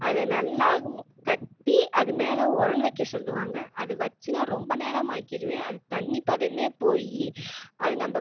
அதை நல்லா கட்டி அது மேல் உரல் வைக்க சொல்லுவாங்க அது வெச்சு நான் ரொம்ப நேரம் ஆக்கிவிடுவேன் அது தண்ணிப் பதமே போய் அது நம்ம